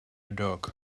dog